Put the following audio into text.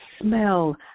smell